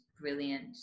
brilliant